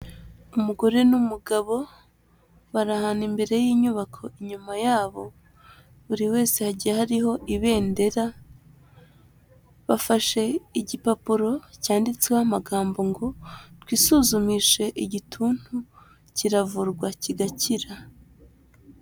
Umugore n'umugabo bari ahantu imbere y'inyubako, inyuma yabo buri wese hagiye hariho ibendera, bafashe igipapuro cyanditseho amagambo ngo: "Twisuzumishe igituntu, kiravurwa kigakira".